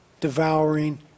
devouring